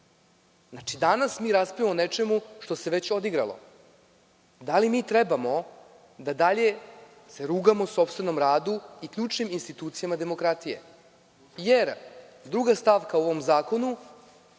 zakone. Danas mi raspravljamo o nečemu što se već odigralo. Da li mi trebamo da dalje se rugamo sopstvenom radu i ključnim institucijama demokratije, jer druga stavka u ovom zakonu